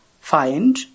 find